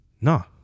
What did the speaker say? No